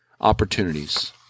opportunities